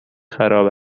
خراب